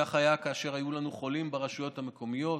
כך היה כאשר היו לנו חולים ברשויות המקומיות